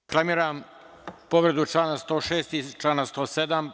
Reklamiram povredu člana 106. i člana 107.